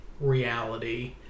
reality